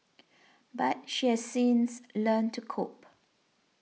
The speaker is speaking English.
but she has since learnt to cope